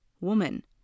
Woman